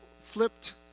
flipped